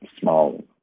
small